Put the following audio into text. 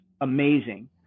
amazing